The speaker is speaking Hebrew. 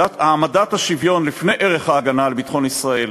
העמדת השוויון לפני ערך ההגנה על ביטחון ישראל